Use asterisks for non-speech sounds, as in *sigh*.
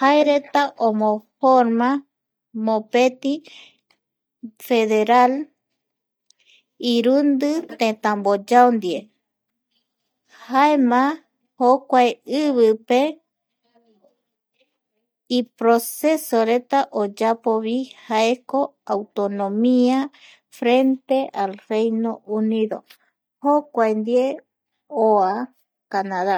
jaereta *noise* omoforma mopeti federal irundi tetamboyao ndie jaema jokuae ivipe iprocesoreta oyapovi jaeko autonomia frente al Reino unido ndie jokuaendie oa Canada